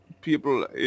people